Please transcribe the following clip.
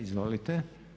Izvolite.